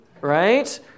Right